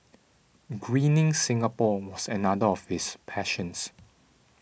greening Singapore was another of his passions